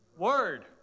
word